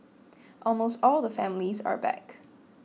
almost all the families are back